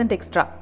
Extra